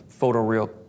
photoreal